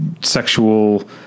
sexual